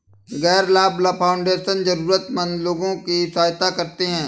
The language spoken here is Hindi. गैर लाभ फाउंडेशन जरूरतमन्द लोगों की सहायता करते हैं